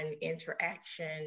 interaction